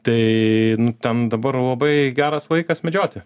tai tam dabar labai geras laikas medžioti